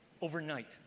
overnight